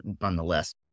nonetheless